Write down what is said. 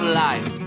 life